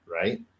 right